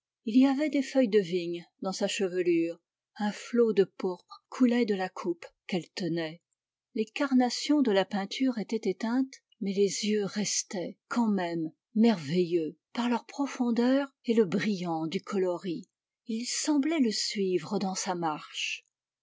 il y avait des feuilles de vigne dans sa chevelure un ilot de pourpre coulait de la coupe qu'elle tenait les carnations de la peinture étaient éteintes mais les yeux restaient quand même merveilleux par leur profondeur et le brillant du coloris ils semblaient le suivre dans sa marche